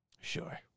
Sure